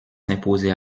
s’imposer